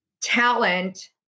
talent